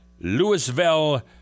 Louisville